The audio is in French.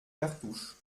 cartouches